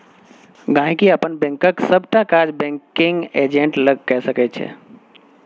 गांहिकी अपन बैंकक सबटा काज बैंकिग एजेंट लग कए सकै छै